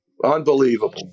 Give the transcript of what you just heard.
Unbelievable